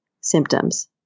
symptoms